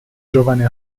giovane